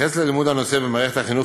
בעניין לימוד הנושא במערכת החינוך,